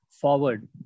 forward